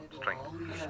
strength